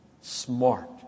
smart